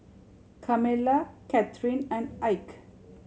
Carmella Kathrine and Ike